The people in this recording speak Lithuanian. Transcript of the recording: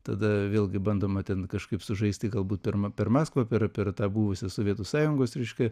tada vėlgi bandoma ten kažkaip sužaisti galbūt per per maskvą per per tą buvusią sovietų sąjungos reiškia